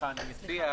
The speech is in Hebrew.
המנהל?